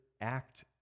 act